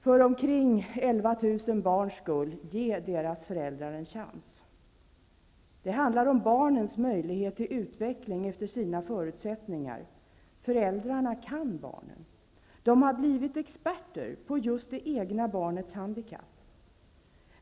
För omkring 11 000 barns skull, ge deras föräldrar en chans! Det handlar om barnens möjlighet till utveckling efter sina förutsättningar. Föräldrarna kan barnen -- de har blivit experter på just det egna barnets handikapp.